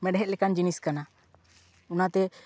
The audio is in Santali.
ᱢᱮᱲᱦᱮᱫ ᱞᱮᱠᱟᱱ ᱡᱤᱱᱤᱥ ᱠᱟᱱᱟ ᱚᱱᱟᱛᱮ